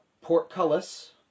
portcullis